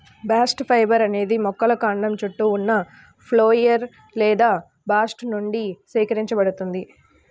bast fibre అనేది మొక్కల కాండం చుట్టూ ఉన్న ఫ్లోయమ్ లేదా బాస్ట్ నుండి సేకరించబడుతుంది